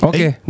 Okay